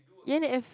E N F